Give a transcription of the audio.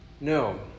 No